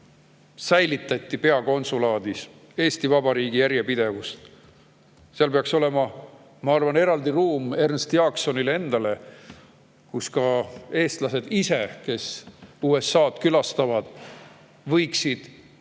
säilitati peakonsulaadis Eesti Vabariigi järjepidevust. Seal peaks olema, ma arvan, Ernst Jaaksonile eraldi ruum, kus ka eestlased ise, kes USA‑d külastavad, võiksid